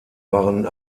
waren